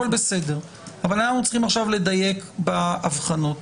הכול בסדר אבל אנחנו צריכים עכשיו לדייק בהבחנות.